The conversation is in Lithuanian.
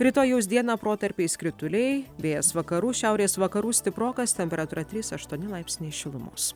rytojaus dieną protarpiais krituliai vėjas vakarų šiaurės vakarų stiprokas temperatūra trys aštuoni laipsniai šilumos